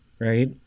right